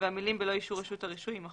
והמלים "בלא אישור רשות הרישוי" יימחקו".